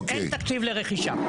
אין תקציב לרכישה.